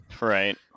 right